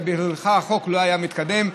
ובלעדיך החוק לא היה מתקדם.